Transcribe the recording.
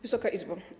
Wysoka Izbo!